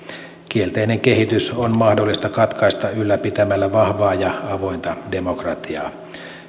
kielteinen kehitys on mahdollista katkaista ylläpitämällä vahvaa ja avointa demokratiaa